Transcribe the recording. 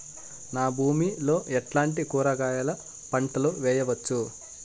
నా భూమి లో ఎట్లాంటి కూరగాయల పంటలు వేయవచ్చు?